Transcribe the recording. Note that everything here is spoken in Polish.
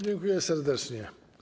Dziękuję serdecznie.